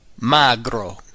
Magro